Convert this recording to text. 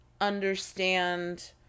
understand